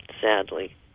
sadly